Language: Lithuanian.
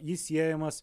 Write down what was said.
jis siejamas